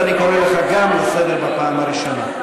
אני קורא אותך לסדר בפעם הראשונה.